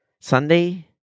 Sunday